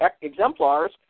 exemplars